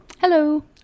Hello